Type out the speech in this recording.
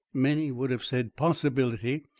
many would have said possibility,